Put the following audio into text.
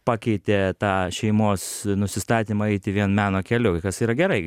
pakeitė tą šeimos nusistatymą eiti vien meno keliu kas yra gerai